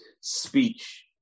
Speech